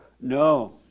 No